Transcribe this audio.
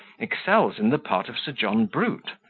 excels in the part of sir john brute,